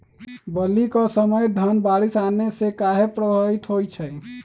बली क समय धन बारिस आने से कहे पभवित होई छई?